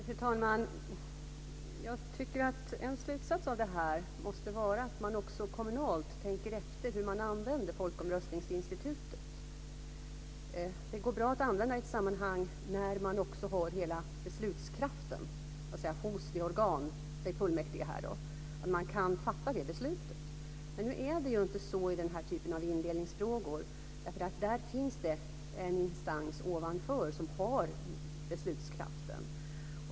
Fru talman! En slutsats av detta måste vara att man också kommunalt tänker efter hur man använder folkomröstningsinstitutet. Det går bra att använda i ett sammanhang där man har hela beslutskraften hos ett organ, här fullmäktige, att fatta det beslutet. Nu är det inte så i den här typen av indelningsfrågor. Där finns det en instans ovanför som har beslutskraften.